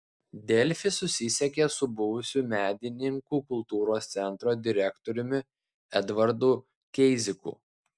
delfi susisiekė su buvusiu medininkų kultūros centro direktoriumi edvardu keiziku